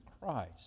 Christ